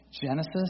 Genesis